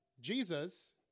Jesus